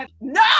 No